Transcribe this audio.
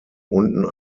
unten